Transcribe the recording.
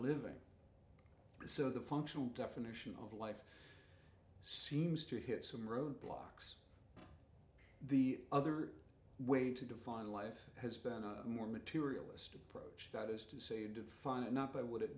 living so the functional definition of life seems to hit some roadblocks the other way to define life has been a more materialist approach that is to say define it not by what it